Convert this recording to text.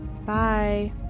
Bye